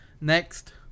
Next